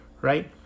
right